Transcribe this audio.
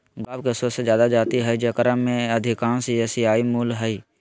गुलाब के सो से जादा जाति हइ जेकरा में अधिकांश एशियाई मूल के हइ